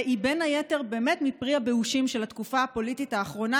והיא בין היתר באמת מפרי הבאושים של התקופה הפוליטית האחרונה,